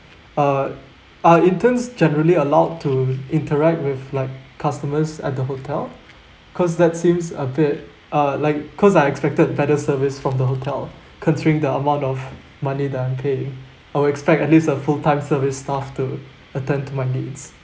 uh are interns generally allowed to interact with like customers at the hotel cause that seems a bit uh like cause I expected better service from the hotel considering the amount of money that I'm paying I'll expect at least a full time service staff to attend to my needs